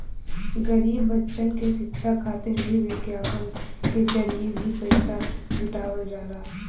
गरीब बच्चन क शिक्षा खातिर भी विज्ञापन के जरिये भी पइसा जुटावल जाला